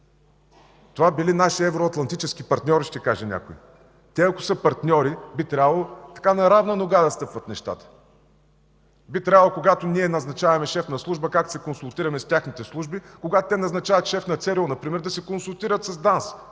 Това били наши евроатлантически партньори, ще каже някой. Те, ако са партньори, би трябвало на равна нога да стъпват нещата. Би трябвало, когато ние назначаваме шеф на служба, както се консултираме с техните служби, когато те назначават шеф на ЦРУ, например да се консултират с ДАНС.